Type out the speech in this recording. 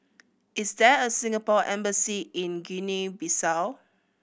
is there a Singapore Embassy in Guinea Bissau